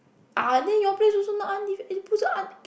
!ah! then your place also not un~ also un~